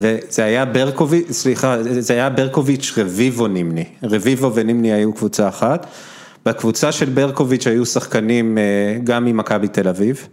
וזה היה ברקוביץ', סליחה, זה היה ברקוביץ', רביבו ונימני. רביבו ונימני היו קבוצה אחת. בקבוצה של ברקוביץ' היו שחקנים גם עם ממכבי תל אביב.